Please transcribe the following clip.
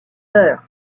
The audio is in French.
d’heure